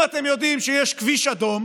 אם אתם יודעים שכשיש כביש אדום